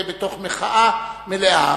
מתוך מחאה מלאה,